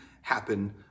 happen